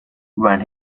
when